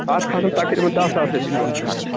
اَتھ کھسَن تقریٖبَن دہ ساس رۄپیہِ دۄہَس خرچہٕ